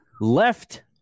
left